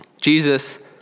Jesus